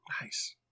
Nice